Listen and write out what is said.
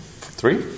Three